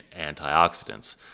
antioxidants